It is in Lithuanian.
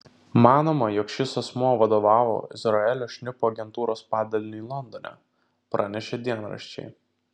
manoma jog šis asmuo vadovavo izraelio šnipų agentūros padaliniui londone pranešė dienraščiai